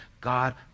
god